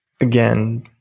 again